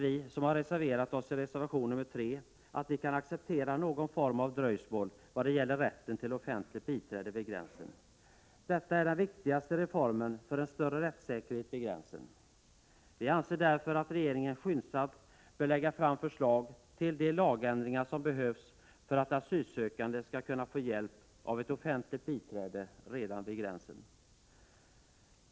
Vi som står bakom reservation 3 kan inte heller acceptera någon form av dröjsmål vad gäller rätten för asylsökande att få offentligt biträde vid gränsen till Sverige. Det är den viktigaste reformen för större rättssäkerhet. Vi anser därför att regeringen skyndsamt bör lägga fram förslag till de lagändringar som behövs för att asylsökande skall kunna få hjälp av ett offentligt biträde redan vid gränsen.